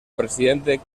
presidente